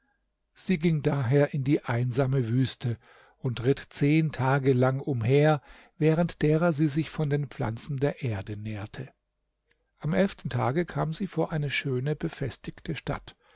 sie ging daher in die einsame wüste und ritt zehn tage lang umher während derer sie sich von den pflanzen der erde nährte am elften tage kam sie vor eine schöne befestigte stadt